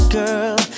girl